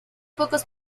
pocos